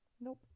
nope